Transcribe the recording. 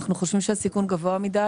אנחנו חושבים שהסיכון גבוה מדי.